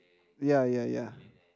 ya ya ya